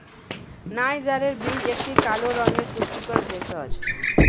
নাইজারের বীজ একটি কালো রঙের পুষ্টিকর ভেষজ